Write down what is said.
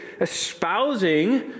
espousing